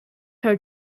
her